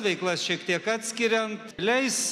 veiklas šiek tiek atskiriant leis